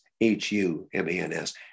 H-U-M-E-N-S